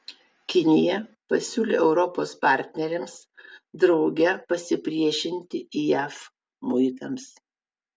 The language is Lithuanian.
kinija pasiūlė europos partneriams drauge pasipriešinti jav muitams